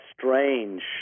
strange